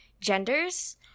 genders